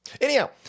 Anyhow